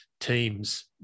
teams